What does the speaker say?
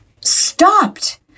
stopped